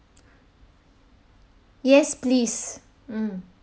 yes please mm